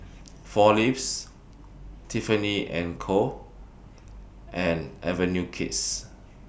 four Leaves Tiffany and Co and Avenue Kids